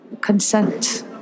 consent